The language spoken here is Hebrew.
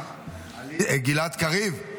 גלעד קריב,